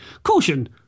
Caution